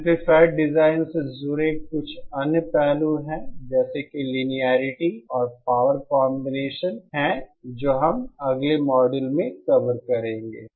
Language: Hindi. एम्पलीफायर डिजाइन से जुड़े कुछ अन्य पहलू हैं जैसे कि लिनियेरिटी और पावर कांबिनेशन है जो हम अगले मॉड्यूल में कवर करेंगे